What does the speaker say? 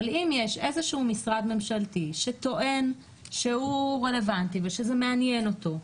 אם יש משרד ממשלתי שטוען שהוא רלוונטי ושזה מעניין אותו,